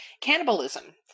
cannibalism